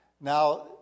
Now